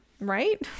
right